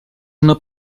una